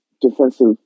defensive